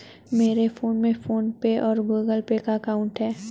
मेरे फोन में PhonePe और गूगल पे का अकाउंट है